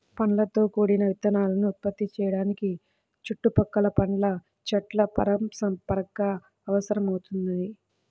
పండ్లతో కూడిన విత్తనాలను ఉత్పత్తి చేయడానికి చుట్టుపక్కల పండ్ల చెట్ల పరాగసంపర్కం అవసరమవుతుంది